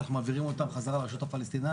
כך מעבירים אותם חזרה לרשות הפלסטינית.